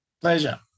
Pleasure